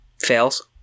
Fails